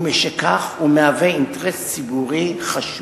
ומשכך הוא מהווה אינטרס ציבורי חשוב.